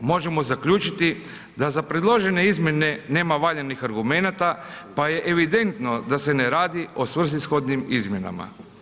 Možemo zaključiti da za predložene izmjene nema valjanih argumenata pa je evidentno da se ne radi o svrsishodnim izmjenama.